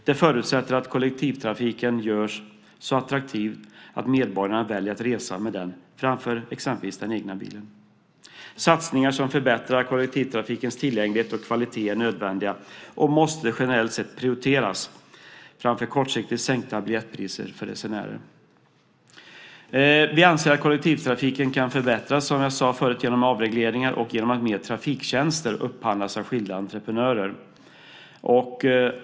Det förutsätter att kollektivtrafiken görs så attraktiv att medborgarna väljer att resa med den framför exempelvis den egna bilen. Satsningar som förbättrar kollektivtrafikens tillgänglighet och kvalitet är nödvändiga och måste generellt sett prioriteras framför kortsiktigt sänkta biljettpriser för resenärer. Vi anser att kollektivtrafiken kan förbättras, som jag sade förut, genom avregleringar och genom att mer trafiktjänster upphandlas av skilda entreprenörer.